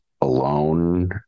alone